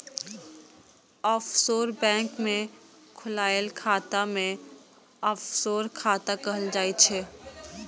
offshore bank मे खोलाएल खाता कें ऑफसोर खाता कहल जाइ छै